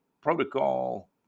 protocol